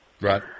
Right